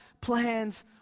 plans